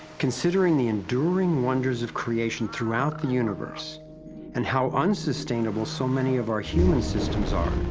considering the enduring wonders of creation throughout the universe and how unsustainable so many of our human systems are,